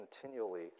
continually